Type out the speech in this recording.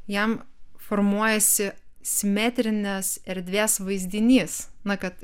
jam formuojasi simetrinės erdvės vaizdinys na kad